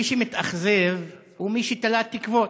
מי שמתאכזב הוא מי שתלה תקוות.